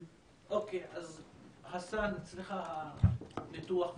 חסאן, אצלך הניתוח והפתרונות.